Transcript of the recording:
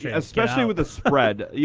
yeah especially with a spread, yeah